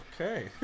Okay